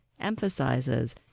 emphasizes